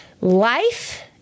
Life